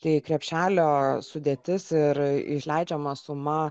tai krepšelio sudėtis ir išleidžiama suma